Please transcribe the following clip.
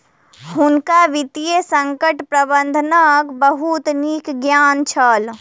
हुनका वित्तीय संकट प्रबंधनक बहुत नीक ज्ञान छल